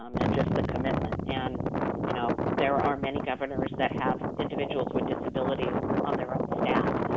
um and just the commitment, and you know, there are many governors that have individuals with disabilities on their own staff,